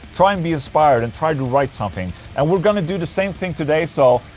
try and be inspired and try to write something and we're gonna do the same thing today, so.